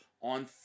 on